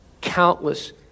countless